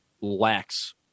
lacks